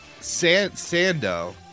Sando